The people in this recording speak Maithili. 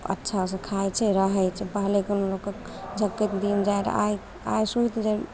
अच्छासँ खाइ छै रहय छै पहिलेके लोगके झक्कैत दिन जाइ रहय आइ आइ सुति